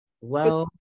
Well-